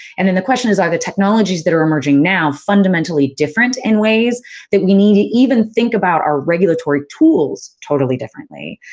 and, then the question is, are the technologies that are emerging now fundamentally different in ways that we need to even think about our regulatory tools totally differently?